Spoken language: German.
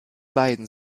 beiden